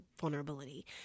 vulnerability